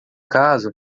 caso